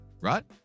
right